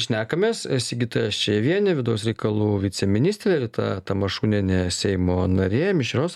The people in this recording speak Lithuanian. šnekamės sigita ščejevienė vidaus reikalų viceministrė rita tamašunienė seimo narė mišrios